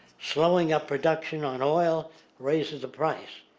slowing up production on oil raises the price.